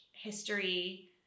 history